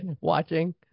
watching